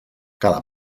cada